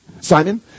Simon